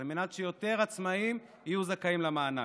על מנת שיותר עצמאים יהיו זכאים למענק.